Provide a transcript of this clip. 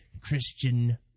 Christian